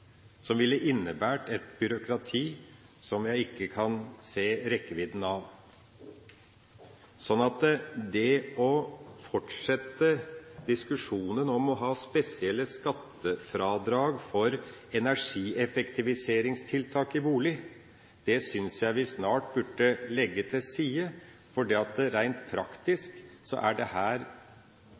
ville innebære et byråkrati som jeg ikke kan se rekkevidden av. Det å fortsette diskusjonen om å ha spesielle skattefradrag for energieffektiviseringstiltak i bolig synes jeg vi snart burde legge til side, fordi rent praktisk er dette ikke mulig å gjennomføre på en måte som gjør at vi kan sikre det